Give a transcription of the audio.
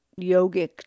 yogic